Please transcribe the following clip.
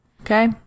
okay